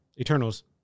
Eternals